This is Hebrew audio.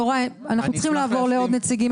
יוראי, אנחנו צריכים לעבור לעוד נציגים.